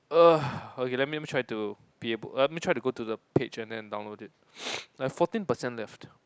!ugh! okay let me let me try to be able let me try to go to the page and then download it I have fourteen percent left